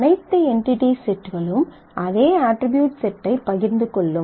அனைத்து என்டிடி செட்களும் அதே அட்ரிபியூட் செட்டைப் பகிர்ந்து கொள்ளும்